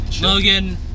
Logan